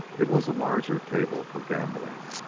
it was a larger table for gambling.